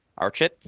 Archit